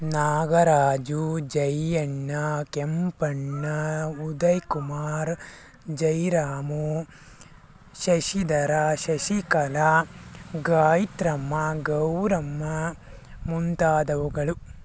ನಾಗರಾಜು ಜೈಯ್ಯಣ್ಣ ಕೆಂಪಣ್ಣ ಉದಯ್ಕುಮಾರ್ ಜೈರಾಮು ಶಶಿದರ ಶಶಿಕಲ ಗಾಯ್ತ್ರಮ್ಮ ಗೌರಮ್ಮ ಮುಂತಾದವುಗಳು